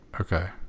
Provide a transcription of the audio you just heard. okay